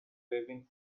waving